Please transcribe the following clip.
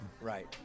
Right